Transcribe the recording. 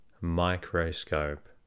microscope